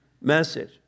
Message